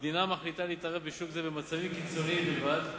המדינה מחליטה להתערב בשוק זה במצבים קיצוניים בלבד,